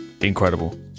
incredible